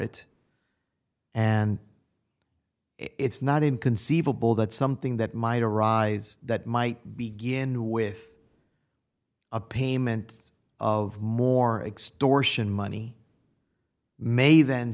it and it's not inconceivable that something that might arise that might begin with a payment of more extortion money may then